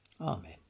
Amen